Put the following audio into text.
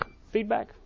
feedback